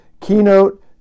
keynote